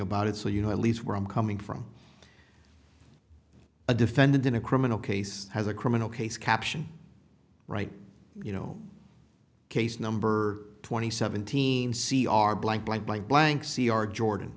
about it so you know at least where i'm coming from a defendant in a criminal case has a criminal case caption right you know case number twenty seventeen c r blank blank blank blank c r jordan